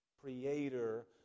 Creator